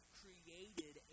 created